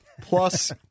Plus